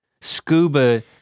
scuba